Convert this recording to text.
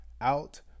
out